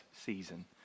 season